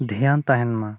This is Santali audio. ᱫᱷᱮᱭᱟᱱ ᱛᱟᱦᱮᱱ ᱢᱟ